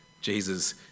Jesus